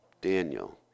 Daniel